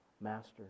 Master